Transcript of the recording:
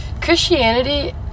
christianity